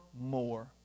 more